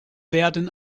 werden